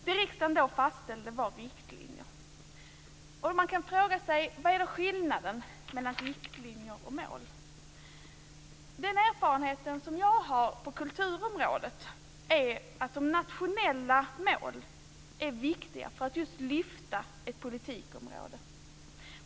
Det riksdagen då fastställde var riktlinjer. Vad är då skillnaden mellan riktlinjer och mål? Den erfarenhet jag har på kulturområdet är att nationella mål är viktiga för att just lyfta fram ett politikområde.